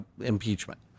impeachment